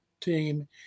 team